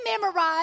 memorize